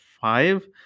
five